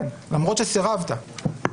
למרות שסירבת,